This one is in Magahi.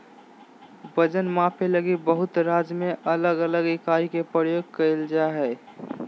वजन मापे लगी बहुत राज्य में अलग अलग इकाई के प्रयोग कइल जा हइ